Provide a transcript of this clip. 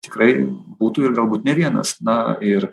tikrai būtų ir galbūt ne vienas na ir